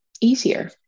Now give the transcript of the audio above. easier